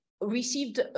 received